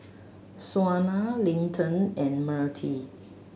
Shauna Linton and Myrtie